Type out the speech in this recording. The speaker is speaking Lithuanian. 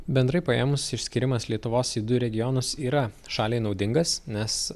bendrai paėmus išskyrimas lietuvos į du regionus yra šaliai naudingas nes